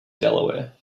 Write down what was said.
delaware